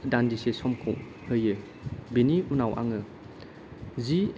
दान्दिसे समखौ होयो बेनि उनाव आङो जि